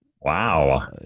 wow